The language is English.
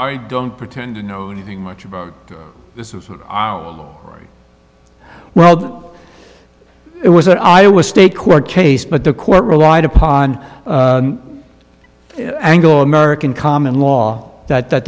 i don't pretend to know anything much about this is a very well it was an iowa state court case but the court relied upon angle american common law that that